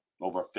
over